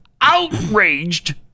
outraged